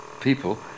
people